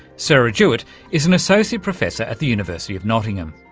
sarah jewitt is an associate professor at the university of nottingham.